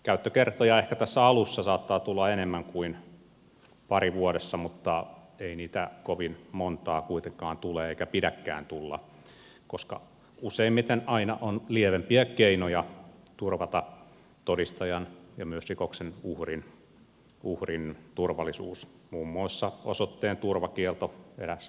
käyttökertoja ehkä tässä alussa saattaa tulla enemmän kuin pari vuodessa mutta ei niitä kovin montaa kuitenkaan tule eikä pidäkään tulla koska useimmiten aina on lievempiä keinoja turvata todistajan ja myös rikoksen uhrin turvallisuus muun muassa osoitteen turvakielto erään mainitakseni